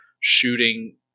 shooting